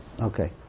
okay